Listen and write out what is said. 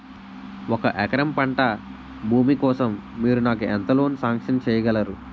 ఒక ఎకరం పంట భూమి కోసం మీరు నాకు ఎంత లోన్ సాంక్షన్ చేయగలరు?